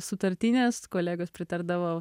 sutartines kolegos pritardavo